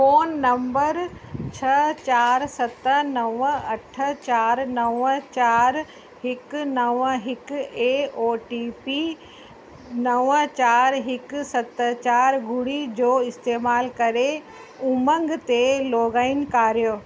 phone नम्बर छह चारि सत नव अठ चारि नव चारि हिकु नव हिकु ऐं ओटीपी नव चारि हिकु सत चारि ॿुड़ी जो इस्तेमाल करे उमंग ते लॉगइन कयो